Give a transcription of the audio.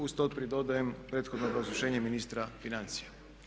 Uz to pridodajem prethodno obrazloženje ministra financija.